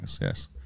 yes